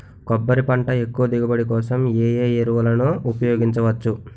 కొబ్బరి పంట ఎక్కువ దిగుబడి కోసం ఏ ఏ ఎరువులను ఉపయోగించచ్చు?